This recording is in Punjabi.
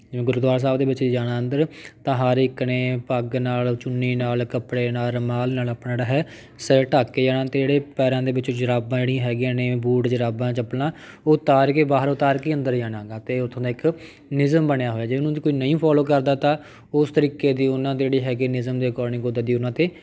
ਜਿਵੇਂ ਗੁਰਦੁਆਰਾ ਸਾਹਿਬ ਦੇ ਵਿੱਚ ਜਾਣਾ ਅੰਦਰ ਤਾਂ ਹਰ ਇੱਕ ਨੇ ਪੱਗ ਨਾਲ ਚੁੰਨੀ ਨਾਲ ਕੱਪੜੇ ਨਾਲ ਰੁਮਾਲ ਨਾਲ ਆਪਣਾ ਜਿਹੜਾ ਹੈ ਸਿਰ ਢੱਕ ਕੇ ਜਾਣਾ ਅਤੇ ਜਿਹੜੇ ਪੈਰਾਂ ਦੇ ਵਿੱਚ ਜੁਰਾਬਾਂ ਜਿਹੜੀਆਂ ਹੈਗੀਆਂ ਨੇ ਬੂਟ ਜੁਰਾਬਾਂ ਚੱਪਲਾਂ ਉਹ ਉਤਾਰ ਕੇ ਬਾਹਰ ਉਤਾਰ ਕੇ ਅੰਦਰ ਜਾਣਾ ਗਾ ਅਤੇ ਉੱਥੋਂ ਦਾ ਇੱਕ ਨਿਯਮ ਬਣਿਆ ਹੋਇਆ ਜੇ ਉਹਨੂੰ ਕੋਈ ਨਹੀਂ ਫੋਲੋ ਕਰਦਾ ਤਾਂ ਉਸ ਤਰੀਕੇ ਦੀ ਉਹਨਾਂ 'ਤੇ ਜਿਹੜੀ ਹੈਗੀ ਨਿਯਮ ਦੇ ਅਕੋਡਿੰਗ ਉੱਦਾਂ ਦੀ ਉਹਨਾਂ 'ਤੇ